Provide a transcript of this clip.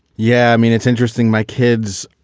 yeah. i mean, it's interesting, my kids,